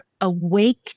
awake